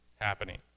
happening